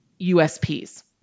USPs